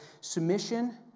Submission